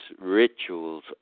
rituals